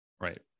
right